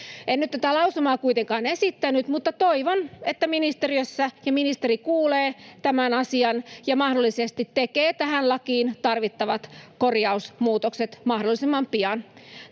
En nyt tätä lausumaa kuitenkaan esittänyt, mutta toivon, että ministeriö ja ministeri kuulevat tämän asian ja mahdollisesti tekevät tähän lakiin tarvittavat korjausmuutokset mahdollisimman pian.